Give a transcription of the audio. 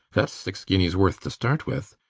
thats six guineas' worth to start with.